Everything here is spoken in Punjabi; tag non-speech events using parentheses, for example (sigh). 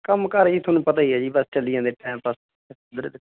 ਕੰਮ ਕਾਰ ਜੀ ਤੁਹਾਨੂੰ ਪਤਾ ਹੀ ਹੈ ਜੀ ਬਸ ਚੱਲੀ ਜਾਂਦੇ ਟਾਈਮ ਪਾਸ (unintelligible)